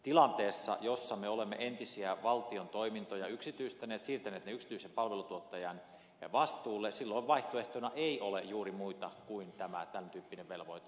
tilanteessa jossa me olemme entisiä valtion toimintoja yksityistäneet siirtäneet ne yksityisen palveluntuottajan vastuulle vaihtoehtona ei ole juuri muuta kuin tämän tyyppinen velvoite